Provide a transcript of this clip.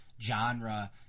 genre